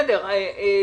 אני